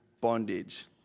bondage